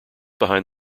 behind